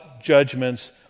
judgments